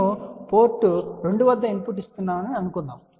నేను పోర్ట్ 2 వద్ద ఇన్పుట్ ఇస్తున్నామని అనుకుందాం